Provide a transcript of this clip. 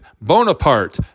Bonaparte